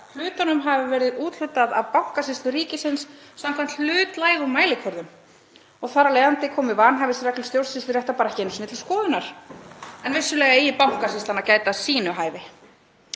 hlutunum hafi verið úthlutað af Bankasýslu ríkisins samkvæmt hlutlægum mælikvörðum og þar af leiðandi komi vanhæfisreglur stjórnsýsluréttar bara ekki einu sinni til skoðunar, en vissulega eigi Bankasýslan að gæta að sínu hæfi.